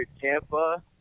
Tampa